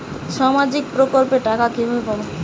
সামাজিক প্রকল্পের টাকা কিভাবে পাব?